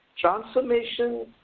Transformation